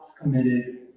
committed